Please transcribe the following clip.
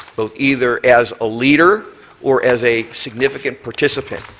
but either as a leader or as a significant participant.